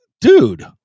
dude